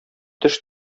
төш